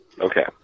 Okay